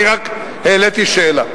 אני רק העליתי שאלה.